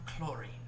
chlorine